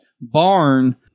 barn